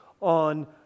on